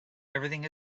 everything